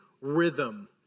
rhythm